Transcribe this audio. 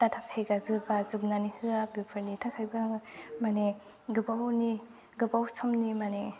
data फेकआ जोबा जोबनानै होआ बेफोरनि थाखायबो आङो माने गोबावनि गोबाव समनि माने